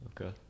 Okay